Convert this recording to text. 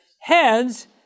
Heads